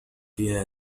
فيها